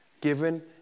given